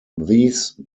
these